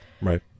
right